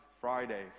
Friday